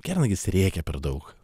kernagis rėkia per daug